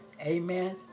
Amen